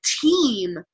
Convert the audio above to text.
team